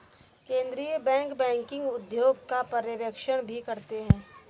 केन्द्रीय bank banking उद्योग का पर्यवेक्षण भी करते हैं